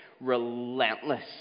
relentless